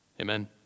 Amen